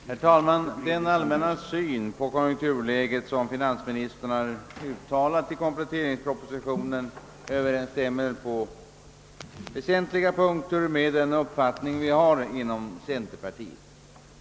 Herr talman! Den allmänna syn på konjunkturläget som finansministern uttalat i kompletteringspropositionen överensstämmer på väsentliga punkter med den uppfattning vi har inom centerpartiet.